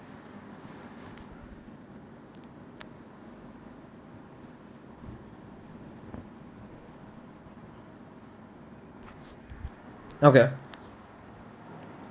okay